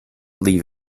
leave